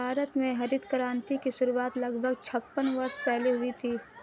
भारत में हरित क्रांति की शुरुआत लगभग छप्पन वर्ष पहले हुई थी